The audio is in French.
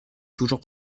toujours